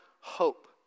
hope